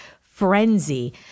frenzy